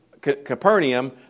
Capernaum